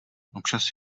občas